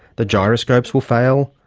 the gyroscopes will fail,